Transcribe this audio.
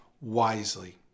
wisely